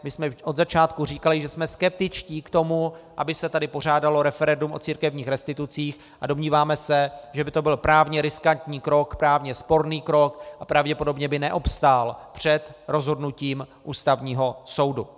My jsme od začátku říkali, že jsme skeptičtí k tomu, aby se tady pořádalo referendum o církevních restitucích, a domníváme se, že by to byl právně riskantní krok, právně sporný krok a pravděpodobně by neobstál před rozhodnutím Ústavního soudu.